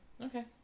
Okay